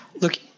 Look